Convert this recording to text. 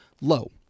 low